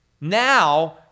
now